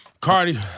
Cardi